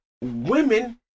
women